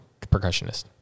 percussionist